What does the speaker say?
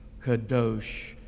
Kadosh